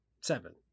seven